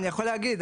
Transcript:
אני יכול להגיד.